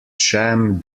sham